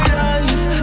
life